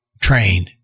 train